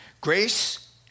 Grace